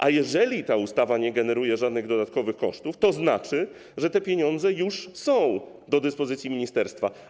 A jeżeli ta ustawa nie generuje żadnych dodatkowych kosztów, to znaczy, że te pieniądze już są do dyspozycji ministerstwa.